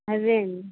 అదే అండి